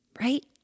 right